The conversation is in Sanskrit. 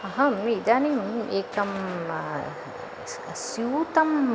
अहम् इदानीम् एकं स् स्यूतम्